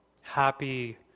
happy